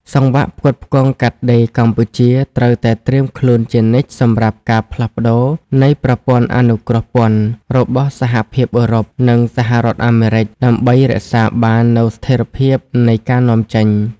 សង្វាក់ផ្គត់ផ្គង់កាត់ដេរកម្ពុជាត្រូវតែត្រៀមខ្លួនជានិច្ចសម្រាប់ការផ្លាស់ប្តូរនៃប្រព័ន្ធអនុគ្រោះពន្ធរបស់សហភាពអឺរ៉ុប និងសហរដ្ឋអាមេរិក ដើម្បីរក្សាបាននូវស្ថិរភាពនៃការនាំចេញ។